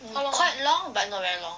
mm quite long but not very long